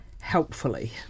helpfully